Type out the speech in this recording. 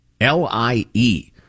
lie